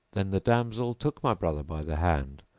then the damsel took my brother by the hand,